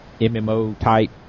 MMO-type